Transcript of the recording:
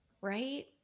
right